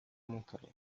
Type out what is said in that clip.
montanha